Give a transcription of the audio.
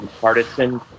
partisan